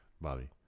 Bobby